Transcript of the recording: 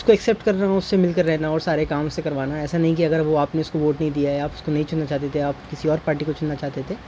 اس کو ایکسیپٹ کرنا اس سے مل کر رہنا اور سارے کام سے کروانا ایسا نہیں کہ اگر وہ آپ نے اس کو ووٹ نہیں دیا ہےیا اس کو نہیں چننا چاہتے تھے آپ کسی اور پارٹی کو چننا چاہتے تھے